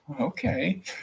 Okay